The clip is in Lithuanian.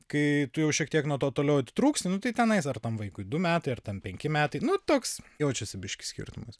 kai tu jau šiek tiek nuo to toliau atitrūksiti nu tai tenai ar tam vaikui du metai ar ten penki metai nu toks jaučiasi biškį skirtumas